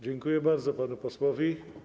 Dziękuję bardzo panu posłowi.